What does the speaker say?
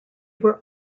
were